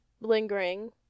lingering